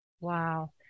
Wow